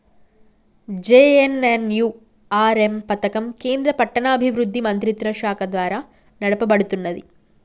JNNURM పథకం కేంద్ర పట్టణాభివృద్ధి మంత్రిత్వశాఖ ద్వారా నడపబడుతున్నది